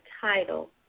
title